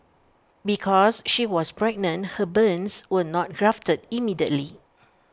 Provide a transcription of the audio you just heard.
because she was pregnant her burns were not grafted immediately